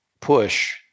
push